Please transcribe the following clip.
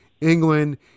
England